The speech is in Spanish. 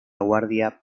guardia